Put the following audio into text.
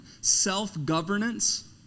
Self-governance